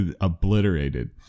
obliterated